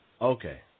Okay